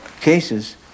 cases